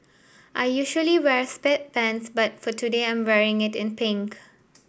I usually wear sweatpants but for today I'm wearing it in pink